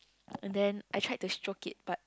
and then I tried to stroke it but